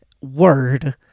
word